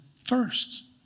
first